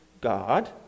god